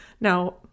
Now